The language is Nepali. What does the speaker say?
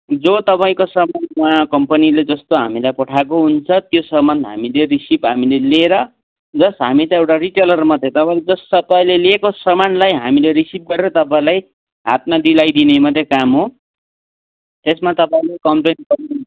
जो तपाईँको सामानमा कम्पनीले जस्तो हामीलाई पठाएको हुन्छ त्यो सामान हामीले रिसिभ हामीले लिएर जस्ट हामी त एउटा रिटेलर मात्रै तपाईँले जस्ट कहिले लिएको सामानलाई हामीले रिसिभ गरेर तपाईँलाई हातमा दिलाई दिने मात्रै काम हो त्यसमा तपाईँले कम्प्लेन गर्नु